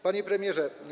Panie Premierze!